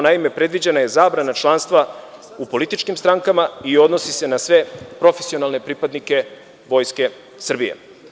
Naime, predviđena je zabrana članstva u političkim strankama i odnosi se na sve profesionalne pripadnike Vojske Srbije.